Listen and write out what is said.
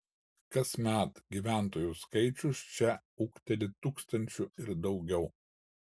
kasmet gyventojų skaičius čia ūgteli tūkstančiu ir daugiau